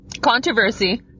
Controversy